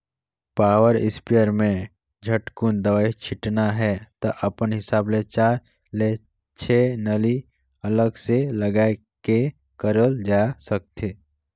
power sprayer में झटकुन दवई छिटना हे त अपन हिसाब ले चार ले छै नली अलग से लगाये के करल जाए सकथे